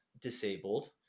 disabled